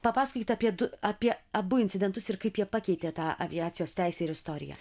papasakokit apie du apie abu incidentus ir kaip jie pakeitė tą aviacijos teisę ir istoriją